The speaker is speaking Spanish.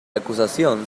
acusación